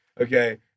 Okay